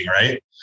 right